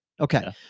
Okay